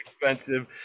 expensive